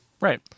Right